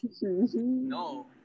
No